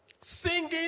singing